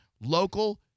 local